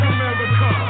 America